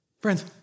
Friends